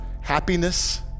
happiness